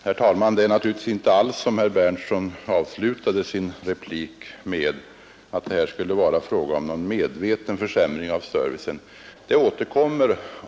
Herr talman! Det är naturligtvis inte alls så som herr Berndtson i Linköping anför i slutet av sitt inlägg, nämligen att det här skulle vara fråga om någon medveten försämring av servicen.